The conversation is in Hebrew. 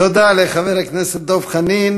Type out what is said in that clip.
תודה לחבר הכנסת דב חנין.